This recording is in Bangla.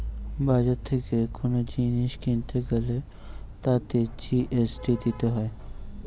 বাজার থেকে কোন জিনিস কিনতে গ্যালে তাতে জি.এস.টি দিতে হয়